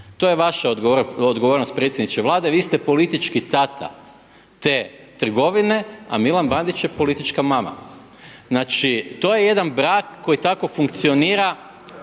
to je vaša odgovornost predsjedniče Vlade, vi ste politički tata te trgovine a Milan Bandić je politička mama. Znači to je jedan brak koji tako funkcionira